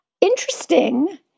interesting